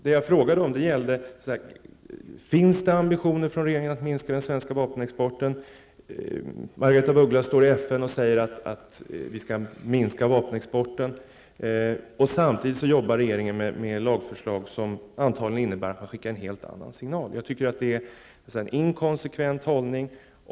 Det jag frågade var: Finns det ambitioner från regeringen att minska den svenska vapenexporten? Margaretha af Ugglas har sagt i FN att vi skall minska vapenexporten. Samtidigt arbetar regeringen med lagförslag som antagligen innebär att man skickar en helt annan signal. Jag tycker att det är en inkonsekvent hållning.